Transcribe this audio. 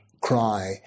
cry